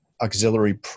auxiliary